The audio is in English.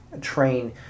train